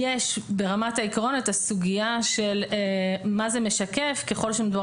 ברמת העיקרון יש את הסוגייה של מה זה משקף ככל שמדובר